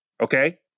Okay